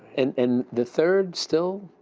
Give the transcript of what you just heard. and the third still